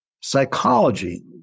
psychology